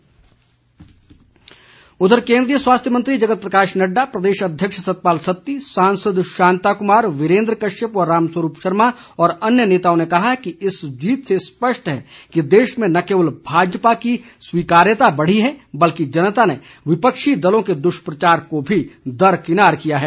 बधाई उधर केन्द्रीय स्वास्थ्य मंत्री जगत प्रकाश नड्डा प्रदेश अध्यक्ष सतपाल सत्ती सांसद शांता कुमार वीरेन्द्र कश्यप व राम स्वरूप शर्मा और अन्य नेताओं ने कहा कि इस जीत से स्पष्ट है कि देश में न केवल भाजपा की स्वीकार्यता बढ़ी है बल्कि जनता ने विपक्षी दलों के दुष्प्रचार को भी दरकिनार किया है